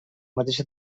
mateixa